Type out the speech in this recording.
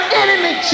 enemy